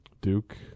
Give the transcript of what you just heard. Duke